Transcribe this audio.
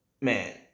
man